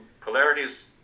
polarities